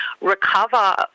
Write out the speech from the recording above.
recover